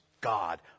God